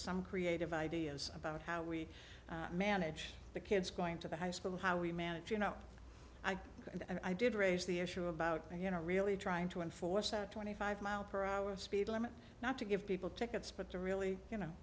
some creative ideas about how we manage the kids going to the high school how we manage you know i and i did raise the issue about you know really trying to enforce a twenty five mile per hour speed limit not to give people tickets but to really you know